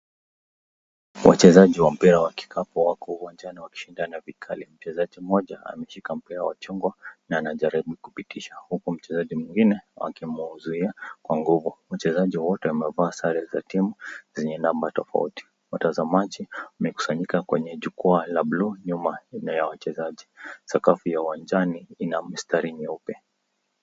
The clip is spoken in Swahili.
Wachezaji wa mpira wa kikapu wako uwanjani wakishindana vikali huku mchezaji mmojaa ameshika mpira wa chungwa na anajaribu kupitisha huku mchezaji mwingine akimuuzuia kwa nguvu, wachezaji wote wamevaa sare za timu zenye namba tofauti watazamaji mmekusanyika kwenye jukwaa la blue nyuma inayo wachezaji sakafu ya uwanjani ina mistari nyeupe.